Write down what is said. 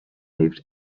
lived